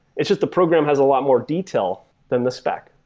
it's just the program has a lot more detail than the spec.